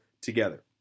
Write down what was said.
together